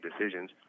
decisions